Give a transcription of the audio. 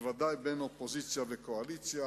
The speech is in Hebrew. ודאי בין אופוזיציה לקואליציה,